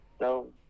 no